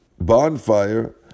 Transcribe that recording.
bonfire